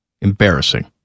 Embarrassing